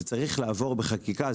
זה צריך לעבור בחקיקה.